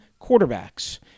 quarterbacks